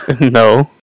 No